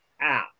app